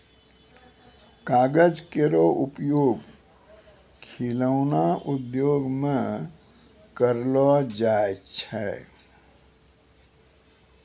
कागज केरो उपयोग खिलौना उद्योग म करलो जाय छै